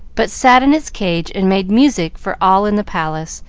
but sat in its cage and made music for all in the palace,